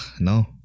No